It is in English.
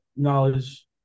Knowledge